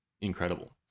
incredible